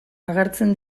agertzen